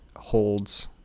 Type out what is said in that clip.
holds